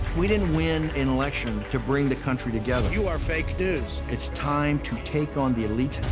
we didn't win an election to bring the country together. you are fake news. it's time to take on the elites,